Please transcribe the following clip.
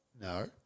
no